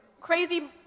crazy